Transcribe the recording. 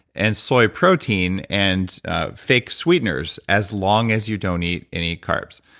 and soy protein and fake sweeteners as long as you don't eat any carbs.